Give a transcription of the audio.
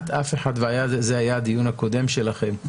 וזה היה הדיון הקודם שלכם,